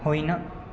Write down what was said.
होइन